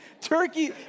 turkey